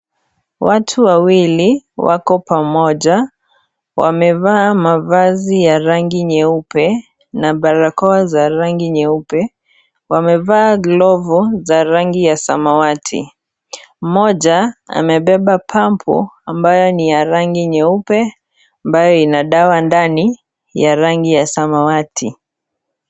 Watu wawili wako pamoja wamevaa mavazi ya rangi nyeupe na barakoa za rangi nyeupe ,wamevaa glovu za rangi ya samawati ,mmoja amebeba pambo ambayo ni ya rangi nyeupe ambayo ina dawa ndani ya rangi ya samawati.